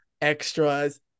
extras